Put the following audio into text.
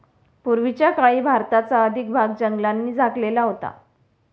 पूर्वीच्या काळी भारताचा अधिक भाग जंगलांनी झाकलेला होता